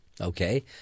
Okay